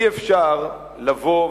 אי-אפשר לבוא,